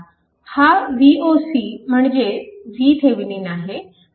हा Voc म्हणजे VThevenin आहे